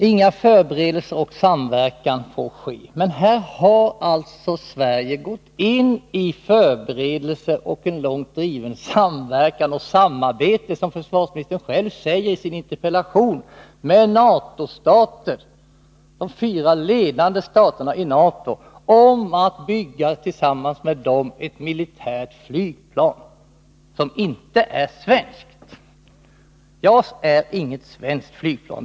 Inga förberedelser och ingen samverkan får ske, sägs det, men här har ju, som försvarsministern själv säger i sitt interpellationssvar, Sverige gått in i förberedelser och i en långt driven samverkan och i ett samarbete med de fyra ledande staterna i NATO om att tillsammans med dem bygga ett militärt flygplan, som inte är svenskt. JAS är inget svenskt flygplan.